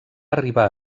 arribar